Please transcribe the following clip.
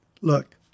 look